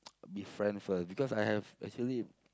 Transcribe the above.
be friend first because I have actually